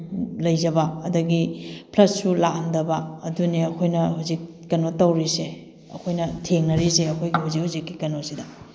ꯂꯩꯖꯕ ꯑꯗꯒꯤ ꯐ꯭ꯂꯠꯁꯨ ꯂꯥꯛꯍꯟꯗꯕ ꯑꯗꯨꯅꯤ ꯑꯩꯈꯣꯏꯅ ꯍꯧꯖꯤꯛ ꯀꯩꯅꯣ ꯇꯧꯔꯤꯁꯦ ꯑꯩꯈꯣꯏꯅ ꯊꯦꯡꯅꯔꯤꯁꯦ ꯑꯩꯈꯣꯏꯒꯤ ꯍꯧꯖꯤꯛ ꯍꯧꯖꯤꯛꯀꯤ ꯀꯩꯅꯣꯁꯤꯗ